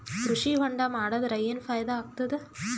ಕೃಷಿ ಹೊಂಡಾ ಮಾಡದರ ಏನ್ ಫಾಯಿದಾ ಆಗತದ?